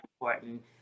important